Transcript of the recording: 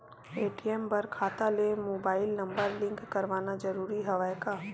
ATM बर खाता ले मुबाइल नम्बर लिंक करवाना ज़रूरी हवय का?